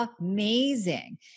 amazing